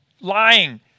lying